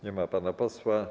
Nie ma pana posła.